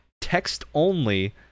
text-only